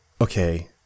okay